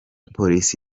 polisi